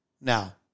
now